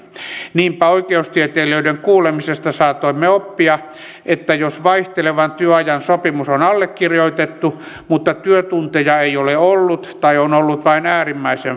niinpä oikeustieteilijöiden kuulemisesta saatoimme oppia että jos vaihtelevan työajan sopimus on allekirjoitettu mutta työtunteja ei ole ollut tai on ollut vain äärimmäisen